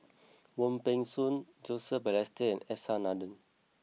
Wong Peng Soon Joseph Balestier S R Nathan